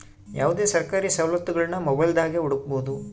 ಯಾವುದೇ ಸರ್ಕಾರಿ ಸವಲತ್ತುಗುಳ್ನ ಮೊಬೈಲ್ದಾಗೆ ಹುಡುಕಬೊದು